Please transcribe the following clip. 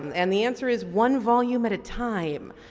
and the answer is one volume at a time.